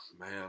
man